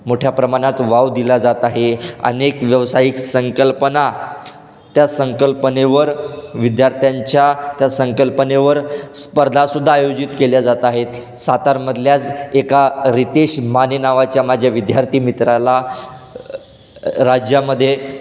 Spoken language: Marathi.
मोठ्या प्रमाणात वाव दिला जात आहे अनेक व्यावसायिक संकल्पना त्या संकल्पनेवर विद्यार्थ्यांच्या त्या संकल्पनेवर स्पर्धासुद्धा आयोजित केल्या जात आहेत सातारमधल्याच एका रितेश माने नावाच्या माझ्या विद्यार्थी मित्राला राज्यामध्ये